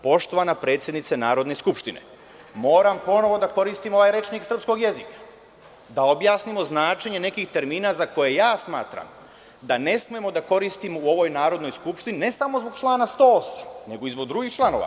Poštovana predsednice Narodne skupštine, moram ponovo da koristim ovaj rečnik srpskog jezika, da objasnimo značenje nekih termina za koje ja smatram da ne smemo da koristimo u ovoj Narodnoj skupštini, ne samo zbog člana 108. nego i zbog drugih članova.